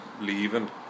leaving